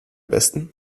besten